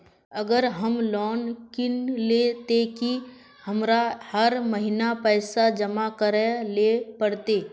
अगर हम लोन किनले ते की हमरा हर महीना पैसा जमा करे ले पड़ते?